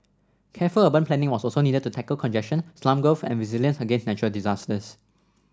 careful urban planning was also needed to tackle congestion slum growth and resilience against natural disasters